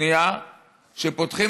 שפותחים